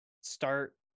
start